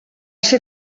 ser